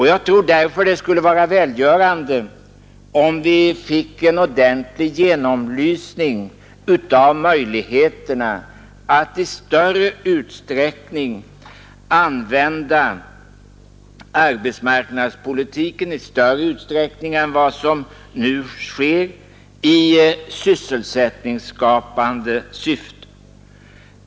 Jag tror därför det är välgörande om vi får en ordentlig genomlysning av möjligheterna att använda arbetsmarknadspolitiken i större utsträckning än som nu sker i sysselsättningsskapande syfte.